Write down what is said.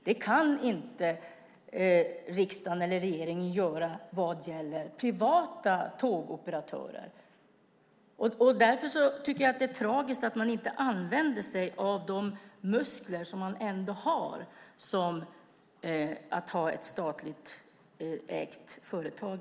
Det kan inte riksdag eller regering göra till privata tågoperatörer, och därför tycker jag att det är tragiskt att man inte använder sig av de muskler man har med ett statlig ägt företag.